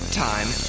time